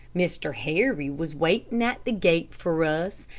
mr. harry was waiting at the gate for us,